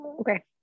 Okay